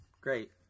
great